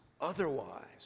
Otherwise